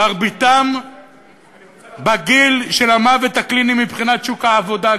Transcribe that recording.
מרביתם בגיל של המוות הקליני מבחינת שוק העבודה,